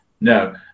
no